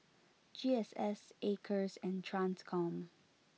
G S S Acres and Transcom